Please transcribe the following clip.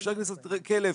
מאפשר כניסת כלב,